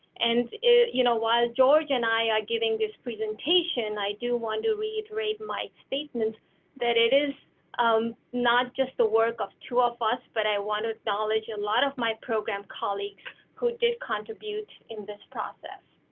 and you know while george and i are giving this presentation, i do want to reiterate my statement that it is um not just the work of two of us, but i want to acknowledge a lot of my program colleagues who did contribute in this process.